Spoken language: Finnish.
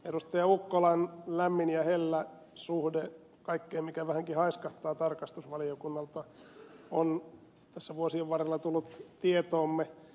ukkolan lämmin ja hellä suhde kaikkeen mikä vähänkin haiskahtaa tarkastusvaliokunnalta on tässä vuosien varrella tullut tietoomme